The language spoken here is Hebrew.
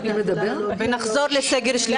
ונחזור לסגר שלישי.